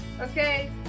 Okay